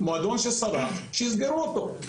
מועדון שסרח - שיסגרו אותו.